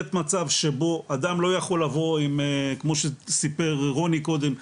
מצב שבו אדם לא יכול לבוא עם כמו שסיפר רוני קודם,